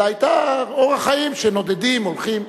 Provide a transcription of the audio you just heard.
אלא היה אורח חיים שנודדים, הולכים.